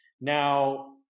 Now